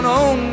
on